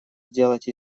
сделать